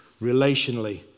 relationally